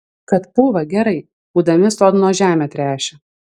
kad pūva gerai pūdami sodno žemę tręšia